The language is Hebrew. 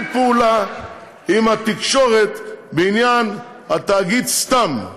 פעולה עם התקשורת בעניין התאגיד סתם.